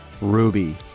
Ruby